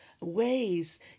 ways